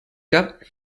cup